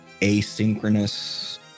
asynchronous